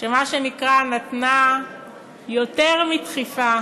שמה שנקרא נתנה יותר מדחיפה